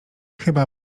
chyba